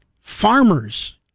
farmers